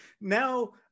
now